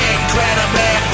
Incredibly